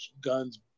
guns